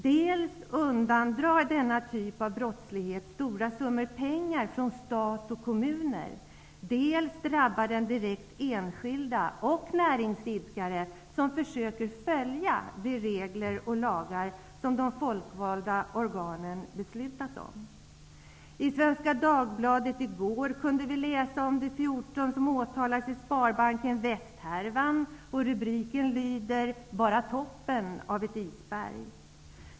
Dels undandrar denna typ av brottslighet stora summor pengar från stat och kommuner, dels drabbar den direkt enskilda människor och näringsidkare som försöker följa de regler och lagar som de folkvalda organen beslutat om. I Svenska Dagbladet i går kunde vi läsa om de 14 personer som åtalas i Sparbanken när det gäller ''Väst-härvan''. Rubiken lyder: Bara toppen av ett isberg.